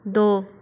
दो